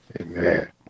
Amen